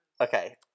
Okay